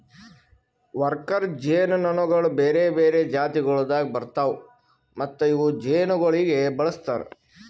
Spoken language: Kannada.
ವರ್ಕರ್ ಜೇನುನೊಣಗೊಳ್ ಬೇರೆ ಬೇರೆ ಜಾತಿಗೊಳ್ದಾಗ್ ಬರ್ತಾವ್ ಮತ್ತ ಇವು ಜೇನುಗೊಳಿಗ್ ಬಳಸ್ತಾರ್